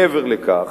מעבר לכך,